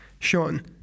Sean